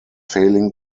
failing